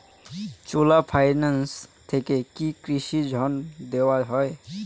চোলা finance থেকে কি কৃষি ঋণ দেওয়া হয়?